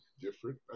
different